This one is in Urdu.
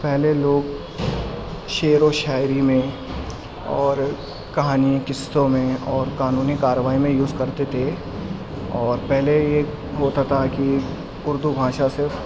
پہلے لوگ شعر و شاعری میں اور کہانی قصوں میں اور قانونی کارروائی میں یوز کرتے تھے اور پہلے یہ ہوتا تھا کہ اردو بھاشا صرف